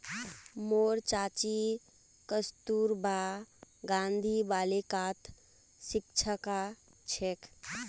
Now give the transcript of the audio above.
मोर चाची कस्तूरबा गांधी बालिकात शिक्षिका छेक